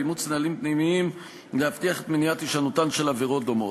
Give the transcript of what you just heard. אימוץ נהלים פנימיים להבטיח את מניעת הישנותן של עבירות דומות,